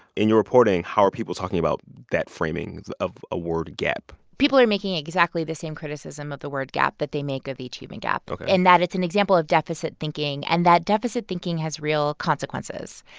in your reporting, how are people talking about that framing of a word gap? people are making exactly the same criticism of the word gap that they make of the achievement gap. ok. in that it's an example of deficit thinking and that deficit thinking has real consequences.